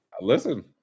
listen